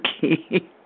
key